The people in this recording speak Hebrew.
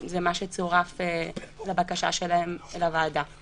וזה מה שצורף לבקשה שלהם לוועדה.